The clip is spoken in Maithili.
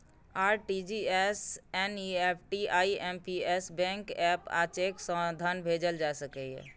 RTGS, NEFT, IMPS, bank app आ चेक सं धन भेजल जा सकैए